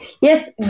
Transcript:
Yes